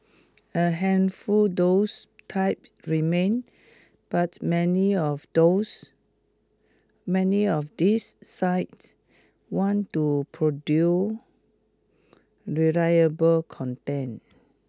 a handful those type remain but many of those many of these sites want to produce reliable content